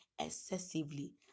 excessively